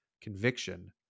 conviction